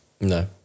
no